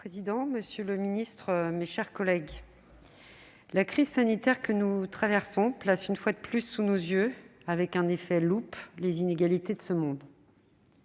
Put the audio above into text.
Monsieur le président, monsieur le ministre, mes chers collègues, la crise sanitaire que nous traversons place une fois de plus sous nos yeux, avec un « effet loupe », les inégalités de ce monde.